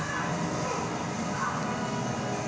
పండుగలకి చిన్న అప్పు ఎక్కడ దొరుకుతుంది